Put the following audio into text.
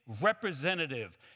representative